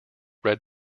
red